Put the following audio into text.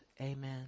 amen